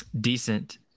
decent